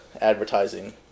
advertising